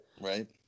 Right